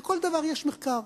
לכל דבר יש מחקר.